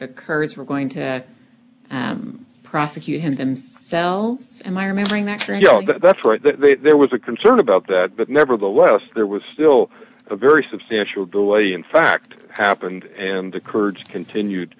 the kurds were going to prosecute and sell am i remembering that that's right there was a concern about that but nevertheless there was still a very substantial delay in fact happened and the kurds continued